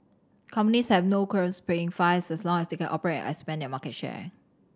companies have no qualms paying fines as long as they can operate and expand their market share